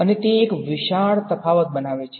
અને તે એક વિશાળ તફાવત બનાવે છે